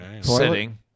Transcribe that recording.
Sitting